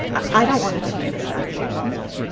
i don't want to donate a saturday a month.